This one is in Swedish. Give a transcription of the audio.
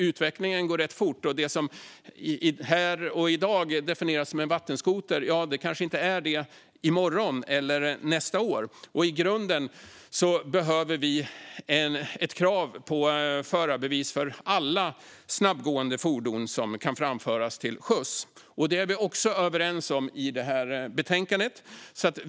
Utvecklingen går ganska fort. Det som här och i dag definieras som en vattenskoter kanske inte är det i morgon eller nästa år. I grunden behöver vi ett krav på förarbevis för alla snabbgående fordon som kan framföras till sjöss. Det är vi också överens om i betänkandet.